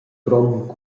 grond